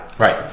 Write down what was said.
Right